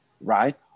right